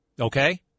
Okay